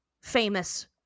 famous